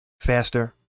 faster